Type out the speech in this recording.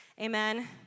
amen